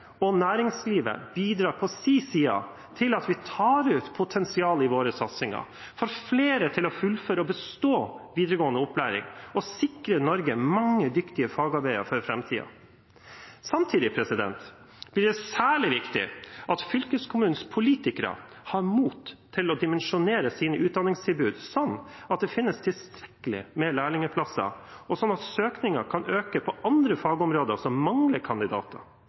og næringslivet på sin side bidrar til at vi tar ut potensialet i våre satsinger, får flere til å fullføre og bestå videregående opplæring og sikre Norge mange dyktige fagarbeidere for framtiden. Samtidig blir det særlig viktig at fylkeskommunenes politikere har mot til å dimensjonere sine utdanningstilbud sånn at det finnes tilstrekkelig med lærlingplasser, og sånn at søkningen kan øke på andre fagområder som mangler kandidater.